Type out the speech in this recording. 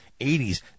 80s